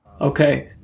Okay